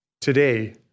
today